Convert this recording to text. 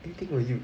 anything for you